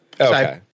Okay